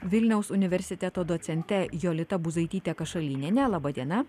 vilniaus universiteto docente jolita buzaityte kašalyniene laba diena